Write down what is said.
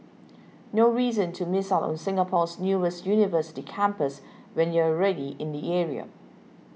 no reason to miss out on Singapore's newest university campus when you're already in the area